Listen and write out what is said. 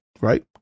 right